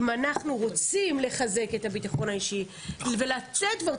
אם אנחנו רוצים לחזק את הביטחון האישי ולצאת כבר,